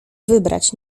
wybrać